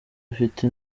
afite